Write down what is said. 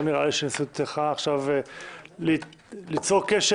לא נראה לי שהכנסת צריכה עכשיו ליצור קשר